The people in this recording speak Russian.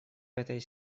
этой